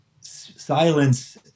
silence